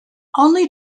only